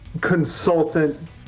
consultant